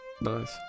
Nice